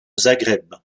zagreb